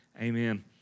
amen